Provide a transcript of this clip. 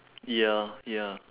ya ya